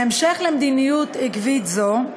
בהמשך למדיניות עקבית זו,